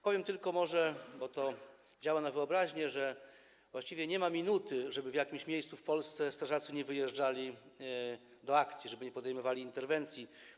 Powiem może tylko, bo to działa na wyobraźnię, że właściwie nie ma minuty, żeby w jakimś miejscu w Polsce strażacy nie wyjeżdżali do akcji, żeby nie podejmowali interwencji.